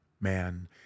Man